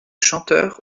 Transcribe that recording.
chanteur